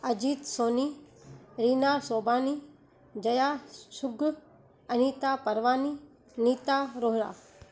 Ajit Soni Reena Sobhani Jaya Chug Anita Parwani Neeta Rohira